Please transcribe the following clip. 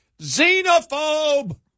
Xenophobe